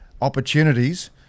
Opportunities